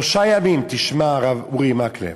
שלושה ימים, תשמע, הרב אורי מקלב: